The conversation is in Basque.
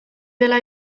dela